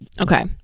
Okay